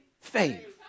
faith